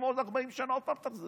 אם בעוד 40 שנה עוד פעם תחזרו.